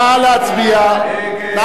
נא להצביע.